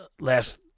last